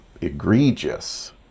egregious